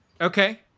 Okay